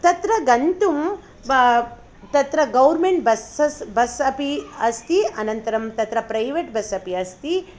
तत्र गन्तुं तत्र गौर्मेण्ट् बसेस् बस् अपि अस्ति अनन्तरं तत्र प्रैवेट् बस् अपि अस्ति